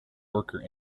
worker